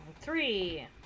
Three